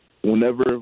whenever